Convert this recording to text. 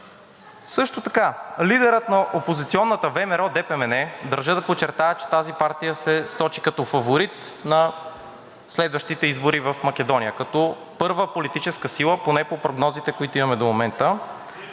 Също така лидерът на опозиционната ВМРО-ДПМНЕ – държа да подчертая, че тази партия се сочи като фаворит на следващите избори в Македония, като първа политическа сила, поне по прогнозите, които имаме до момента.